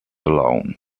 alone